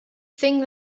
thing